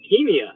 leukemia